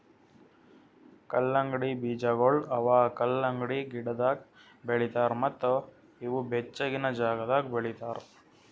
ಕಲ್ಲಂಗಡಿ ಬೀಜಗೊಳ್ ಅವಾ ಕಲಂಗಡಿ ಗಿಡದಾಗ್ ಬೆಳಿತಾರ್ ಮತ್ತ ಇವು ಬೆಚ್ಚಗಿನ ಜಾಗದಾಗ್ ಬೆಳಿತಾರ್